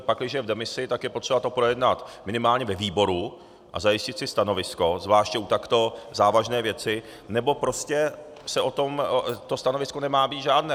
Pakliže je v demisi, tak je potřeba to projednat minimálně ve výboru a zajistit si stanovisko, zvláště u takto závažné věci, nebo prostě to stanovisko nemá být žádné.